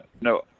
no